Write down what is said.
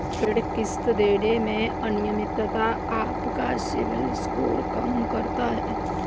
ऋण किश्त देने में अनियमितता आपका सिबिल स्कोर कम करता है